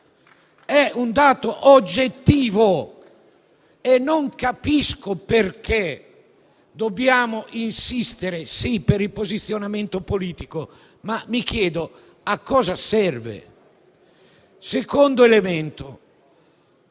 È un dato oggettivo e non capisco perché dobbiamo insistere, certamente per il posizionamento politico, ma mi chiedo a cosa serva. Venendo al secondo